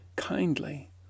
kindly